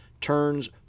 turns